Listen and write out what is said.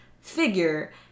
figure